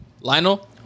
Lionel